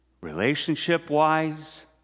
relationship-wise